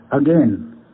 Again